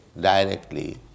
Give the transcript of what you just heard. directly